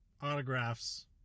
Autographs